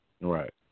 Right